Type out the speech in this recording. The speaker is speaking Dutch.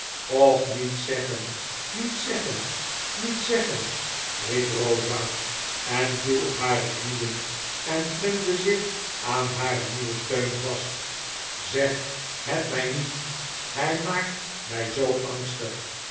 och niet zeggen niet zeggen niet zeggen riep eosa en viel op hare knieen en klemde zich aan haar hieuwen steun vast zeg het my niet hy maakt my zoo angstig